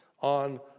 on